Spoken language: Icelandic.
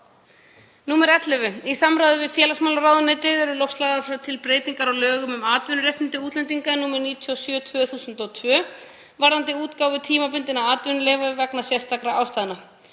ár. 11. Í samráði við félagsmálaráðuneytið eru loks lagðar til breytingar á lögum um atvinnuréttindi útlendinga, nr. 97/2002, varðandi útgáfu tímabundinna atvinnuleyfa vegna sérstakra ástæðna.